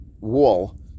wall